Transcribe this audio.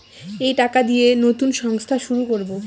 এই টাকা দিয়ে নতুন সংস্থা শুরু করবো